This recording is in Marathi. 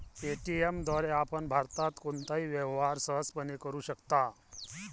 पे.टी.एम द्वारे आपण भारतात कोणताही व्यवहार सहजपणे करू शकता